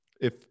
if-